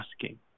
asking